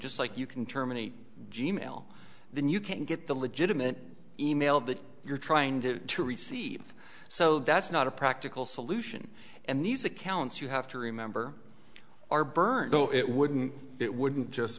just like you can terminate g mail then you can get the legitimate email that you're trying to receive so that's not a practical solution and these accounts you have to remember are burned no it wouldn't it wouldn't just